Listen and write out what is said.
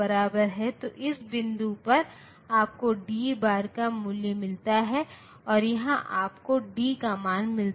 तो ये हाई और लौ लॉजिक लेवल वे मूल रूप से 2 वोल्टेज स्तर हैं जिन्हें हम मानते हैं एक हाई है दूसरा लौ है